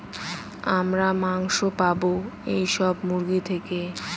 আমরা মাংস পাবো এইসব মুরগি থেকে